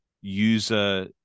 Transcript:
user